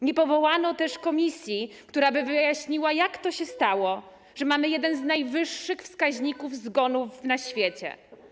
Nie powołano też komisji, która by wyjaśniła, jak to się stało, że mamy jeden z najwyższych wskaźników zgonów na świecie.